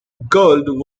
gould